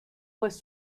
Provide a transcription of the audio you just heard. juez